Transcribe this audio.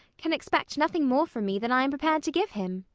can expect nothing more from me than i am prepared to give him.